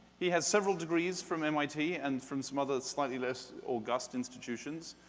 he has several degrees from mit, and from some other slightly less august institutions.